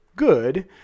good